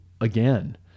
again